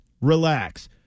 Relax